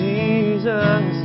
Jesus